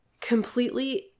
completely